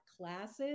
classes